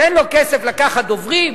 שאין לו כסף לקחת דוברים,